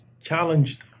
challenged